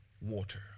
water